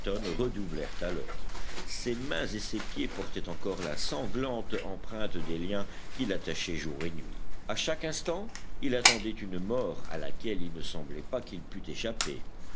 redoublèrent alors ses mains et ses pieds portaient encore la sanglante empreinte des liens qui l'attachaient jour et nuit à chaque instant il attendait une mort à laquelle il ne semblait pas qu'il pût échapper